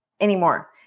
anymore